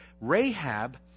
Rahab